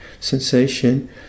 sensation